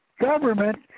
government